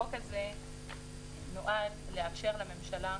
החוק הזה נועד לאפשר לממשלה